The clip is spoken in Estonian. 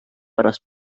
pärast